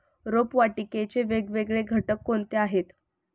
रोपवाटिकेचे वेगवेगळे घटक कोणते आहेत?